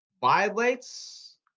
violates